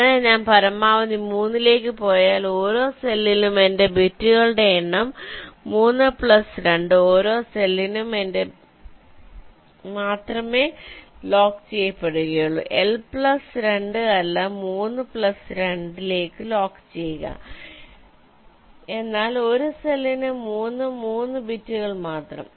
അങ്ങനെ ഞാൻ പരമാവധി 3 ലേക്ക് പോയാൽ ഓരോ സെല്ലിലും എന്റെ ബിറ്റുകളുടെ എണ്ണം 3 പ്ലസ് 2 ലേക്ക് മാത്രമേ ലോക്ക് ചെയ്യപ്പെടുകയുള്ളൂ എൽ പ്ലസ് 2 അല്ല 3 പ്ലസ് 2 ലേക്ക് ലോക്ക് ചെയ്യുക എന്നാൽ ഒരു സെല്ലിന് 3 3 ബിറ്റുകൾ മാത്രം